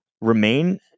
remain